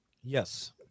Yes